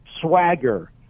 swagger